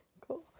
Cool